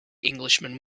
englishman